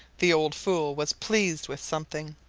the old fool was pleased with something.